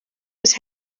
bis